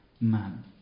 man